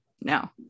No